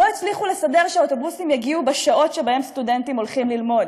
לא הצליחו לסדר שהאוטובוסים יגיעו בשעות שבהן סטודנטים הולכים ללמוד,